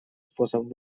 способ